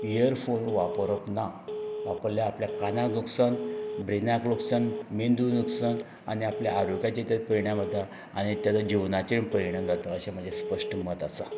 earphone वापरप ना वापरल्यार आपल्या कानाक नुकसान ब्रेनाक नुकसान मेंदू नुकसान आनी आपल्या आरोग्याचेर तर परिणाम जाता आनी ताजो जिवनाचे परिणाम जाता अशें म्हजें स्पश्ट मत आसा